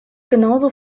genauso